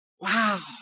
Wow